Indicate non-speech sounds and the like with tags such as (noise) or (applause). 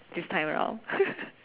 this time around (laughs)